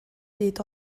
byd